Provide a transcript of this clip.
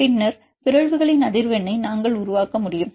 பின்னர் பிறழ்வுகளின் அதிர்வெண்ணை நாங்கள் உருவாக்க முடியும்